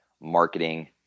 marketing